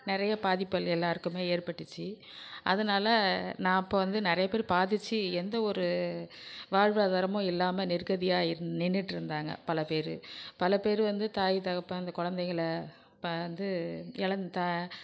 நிறைய பாதிப்புகள் எல்லாருக்குமே ஏற்பட்டுச்சு அதனால நான் அப்போ வந்து நிறைய பேர் பாதிச்சு எந்த ஒரு வாழ்வாதாரமும் இல்லாமல் நிர்கதியாக இரு நின்றுட்ருந்தாங்க பல பேர் பல பேர் வந்து தாய் தகப்பன் இந்த குழந்தைகள இப்போ வந்து இழந்த